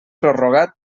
prorrogat